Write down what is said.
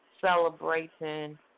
celebrating